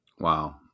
Wow